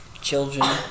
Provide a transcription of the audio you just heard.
children